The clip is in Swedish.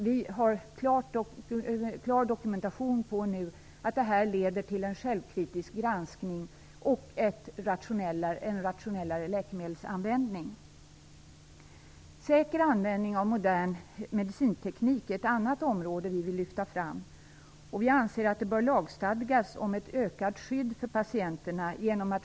Vi har nu en klar dokumentation som visar att detta leder till självkritisk granskning och till en rationellare läkemedelsanvändning. Säker användning av modern medicinteknik är ett annat område vi vill lyfta fram. Vi anser att det bör lagstadgas om ett ökat skydd för patienterna.